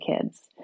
kids